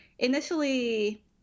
initially